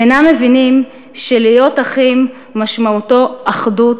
הם אינם מבינים שלהיות אחים משמעותו אחדות,